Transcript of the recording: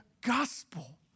gospel